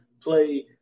play